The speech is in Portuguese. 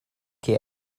que